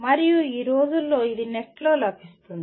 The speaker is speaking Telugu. మరియు ఈ రోజుల్లో ఇది నెట్లో లభిస్తుంది